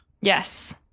Yes